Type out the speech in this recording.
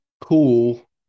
cool